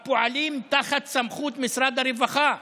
הפועלים תחת סמכות משרד הרווחה.